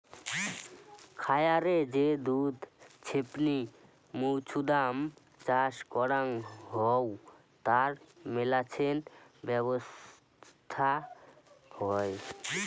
খায়ারে যে দুধ ছেপনি মৌছুদাম চাষ করাং হউ তার মেলাছেন ব্যবছস্থা হই